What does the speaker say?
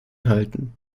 halten